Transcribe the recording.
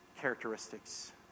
characteristics